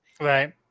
Right